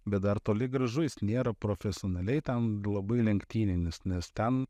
bet dar toli gražu jis nėra profesionaliai ten labai lenktyninis nes ten